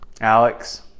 Alex